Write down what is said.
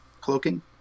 cloaking